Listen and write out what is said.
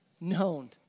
known